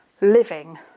living